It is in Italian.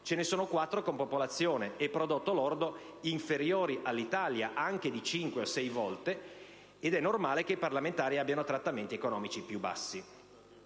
ce ne sono quattro con popolazione e prodotto interno lordo inferiori all'Italia, anche di cinque o sei volte, ed è normale che i parlamentari abbiano trattamenti economici più bassi.